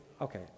okay